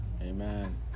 Amen